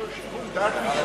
אתה מבקש לשלול שיקול דעת משופט?